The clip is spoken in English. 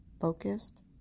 focused